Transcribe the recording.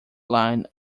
line